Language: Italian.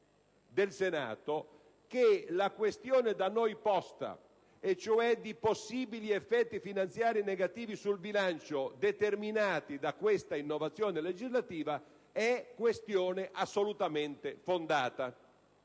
riconosciuto come la questione da noi posta, cioè di possibili effetti finanziari negativi sul bilancio determinati da questa innovazione legislativa, sia assolutamente fondata.